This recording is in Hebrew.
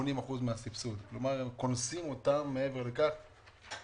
כלומר, הם קונסים אותם ב-80%.